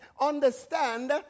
understand